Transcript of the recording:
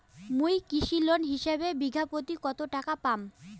মুই কৃষি ঋণ হিসাবে বিঘা প্রতি কতো টাকা পাম?